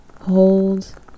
Hold